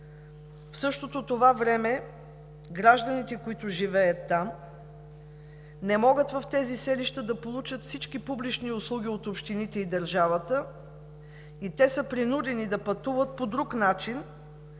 В същото това време гражданите, живеещи там, не могат да получат в тези селища всички публични услуги от общините и държавата. Те са принудени да пътуват по друг начин,